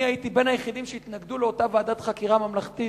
אני הייתי בין היחידים שהתנגדו לאותה ועדת חקירה ממלכתית,